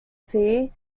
sea